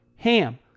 HAM